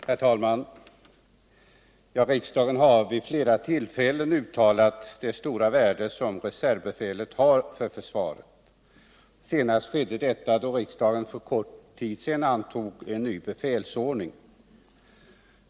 Herr talman! Riksdagen har vid flera tillfällen uttalat att reservbefälet är av stort värde för försvaret. Senast skedde detta när vi för kort tid sedan antog en ny befilsordning.